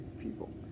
people